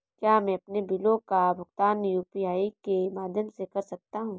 क्या मैं अपने बिलों का भुगतान यू.पी.आई के माध्यम से कर सकता हूँ?